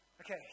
Okay